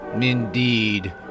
Indeed